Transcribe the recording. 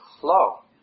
flow